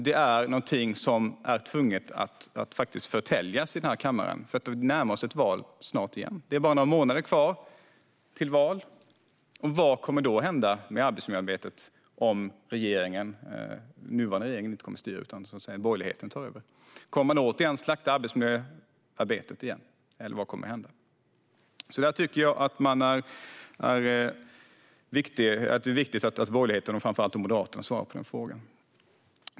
Detta är någonting som tvunget måste förtäljas här i kammaren, för vi närmar oss ett val igen. Det är bara några månader kvar till valet. Vad kommer att hända med arbetsmiljöarbetet om den nuvarande regeringen inte kommer att styra utan borgerligheten tar över? Kommer ni återigen att slakta arbetsmiljöarbetet, eller vad kommer att hända? Jag tycker att det är viktigt att borgerligheten och framför allt Moderaterna svarar på de frågorna.